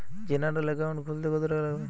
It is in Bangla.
জেনারেল একাউন্ট খুলতে কত টাকা লাগবে?